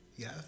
Yes